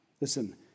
Listen